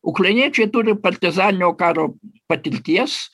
ukrainiečiai turi partizaninio karo patirties